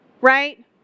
right